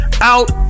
out